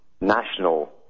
national